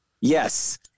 Yes